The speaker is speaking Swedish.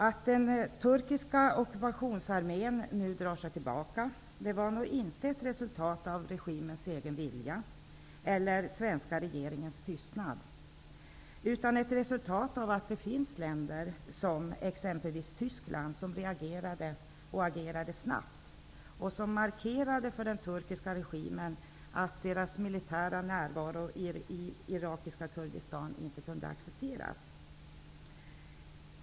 Att den turkiska ockupationsarmén nu drar sig tillbaka är nog inte ett resultat av regimens egen vilja eller den svenska regeringens tystnad, utan det är ett resultat av att det finns länder, exempelvis Tyskland, som reagerade och agerade snabbt och som markerade för den turkiska regimen att dess militära närvaro i irakiska Kurdistan inte kunde accepteras.